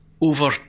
over